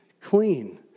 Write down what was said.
clean